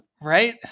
Right